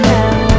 now